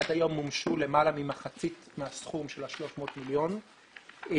עד היום מומשו למעלה ממחצית מהסכום של ה-300 מיליון מאחר